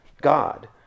God